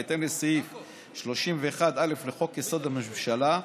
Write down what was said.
בהתאם לסעיף 31(א) לחוק-יסוד: הממשלה,